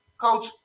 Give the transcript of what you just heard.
Coach